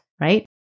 right